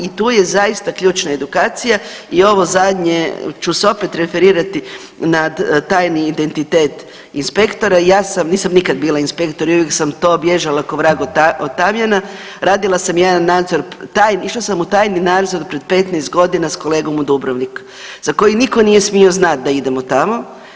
I tu je zaista ključna edukacija i ovo zadnje ću se opet referirati nad tajni identitet inspektora, ja sam, nisam nikad bila inspektor i uvijek sam to bježala k'o vrag od tamjana, radila sam jedan nadzor, tajni, išla sam u tajni nadzor pred 15 godina s kolegom u Dubrovnik za koji nitko nije smio znati da idemo tamo.